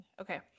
Okay